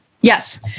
Yes